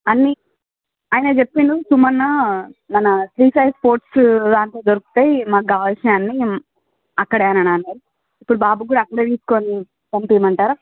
అన్ని ఆయన చెప్పినాడు సుమన్నా మన శ్రీ సాయి స్పోర్ట్స్ దాంట్లో దొరుకుతాయి మనకు కావాల్సినవి అన్నీ అక్కడే అని అన్నాడు ఇప్పుడు బాబు కూడా అక్కడే తీసుకోని పంపివ్వమంటారా